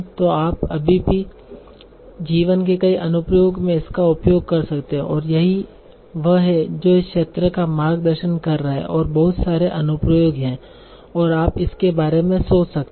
तो आप अभी भी जीवन के कई अनुप्रयोगों में इसका उपयोग कर सकते हैं और यही वह है जो इस क्षेत्र का मार्गदर्शन कर रहा है कि बहुत सारे अनुप्रयोग हैं और आप इसके बारे में सोच सकते हैं